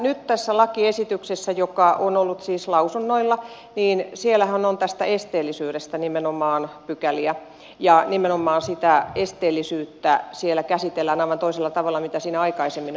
nyt tässä lakiesityksessähän joka on ollut siis lausunnoilla on nimenomaan tästä esteellisyydestä pykäliä ja nimenomaan sitä esteellisyyttä siellä käsitellään aivan toisella tavalla kuin siinä aikaisemmin on ollut